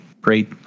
great